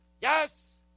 yes